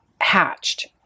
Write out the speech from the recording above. hatched